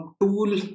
tool